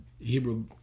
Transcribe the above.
Hebrew